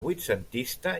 vuitcentista